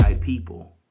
People